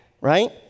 right